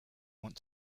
want